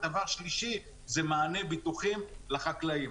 דבר שלישי זה מענה ביטוחי לחקלאים.